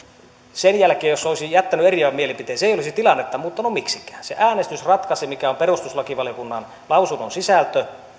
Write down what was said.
sen jälkeen jos olisin jättänyt eriävän mielipiteen se ei olisi tilannetta muuttanut miksikään se äänestys ratkaisi mikä on perustuslakivaliokunnan lausunnon sisältö